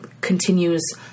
continues